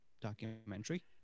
documentary